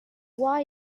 why